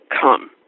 come